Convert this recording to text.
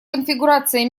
конфигурация